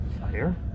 fire